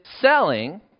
selling